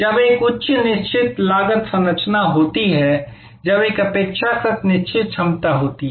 जब एक उच्च निश्चित लागत संरचना होती है जब एक अपेक्षाकृत निश्चित क्षमता होती है